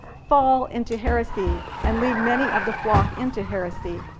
fall into heresy and lead many of the flock into heresy.